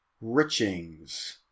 Richings